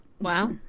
wow